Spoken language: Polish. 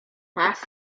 pas